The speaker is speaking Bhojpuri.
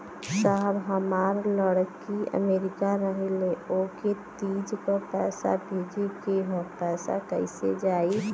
साहब हमार लईकी अमेरिका रहेले ओके तीज क पैसा भेजे के ह पैसा कईसे जाई?